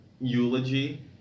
eulogy